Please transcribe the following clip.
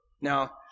Now